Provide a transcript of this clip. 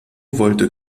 wollte